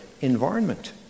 environment